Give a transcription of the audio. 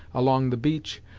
along the beach,